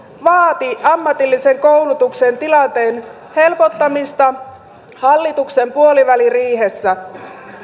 vaati ammatillisen koulutuksen tilanteen helpottamista hallituksen puoliväliriihessä